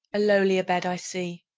a lowlier bed i see,